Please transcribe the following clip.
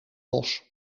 bos